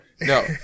No